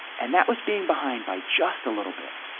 and that was being behind by just a little bit.